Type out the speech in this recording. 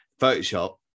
Photoshop